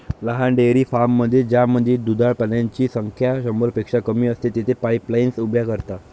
लहान डेअरी फार्ममध्ये ज्यामध्ये दुधाळ प्राण्यांची संख्या शंभरपेक्षा कमी असते, तेथे पाईपलाईन्स उभ्या करतात